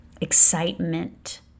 excitement